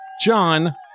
john